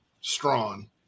Strawn